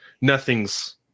nothing's